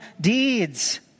deeds